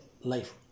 life